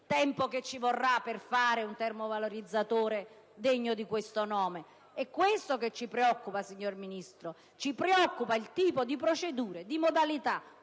tempo necessario per realizzare un termovalorizzatore degno di questo nome. È questo che ci preoccupa, signor Ministro. Ci preoccupano il tipo di procedura, le modalità